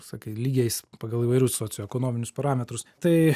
sakai lygiais pagal įvairius socioekonominius parametrus tai